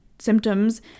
Symptoms